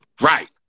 Right